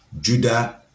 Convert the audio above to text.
Judah